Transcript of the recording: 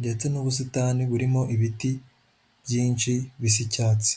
ndetse n'ubusitani burimo ibiti byinshi bisa icyatsi.